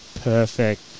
perfect